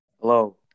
hello